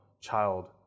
child